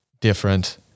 different